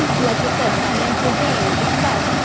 and like you said, financial gain, success.